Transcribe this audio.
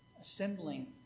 assembling